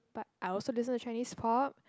but I also listen to Chinese pop